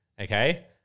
okay